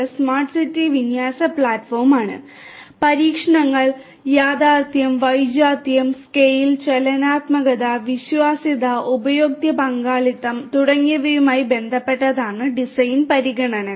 smart സാന്റാൻഡറാണ് തുടങ്ങിയവയുമായി ബന്ധപ്പെട്ടതാണ് ഡിസൈൻ പരിഗണനകൾ